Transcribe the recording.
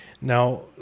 Now